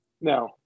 No